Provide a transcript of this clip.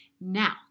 now